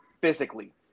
physically